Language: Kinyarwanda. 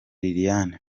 liliane